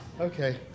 Okay